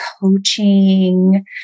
coaching